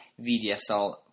VDSL